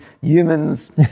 Humans